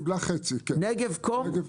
כן, היא קיבלה חצי מהכסף, נגב טלקום.